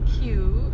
cute